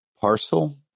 parcel